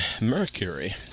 mercury